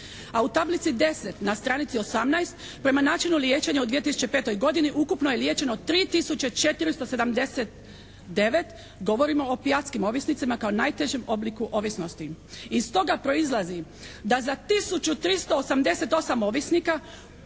A u tablici 10 na stranici 18. prema načinu liječenja u 2005. godini ukupno je liječeno 3 tisuće 479. Govorimo o opijatskim ovisnicima kao najtežem obliku ovisnosti. Iz toga proizlazi da za 1388 ovisnika